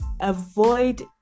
Avoid